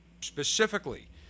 specifically